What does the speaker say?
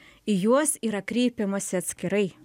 į juos yra kreipiamasi atskirai